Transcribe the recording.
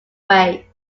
way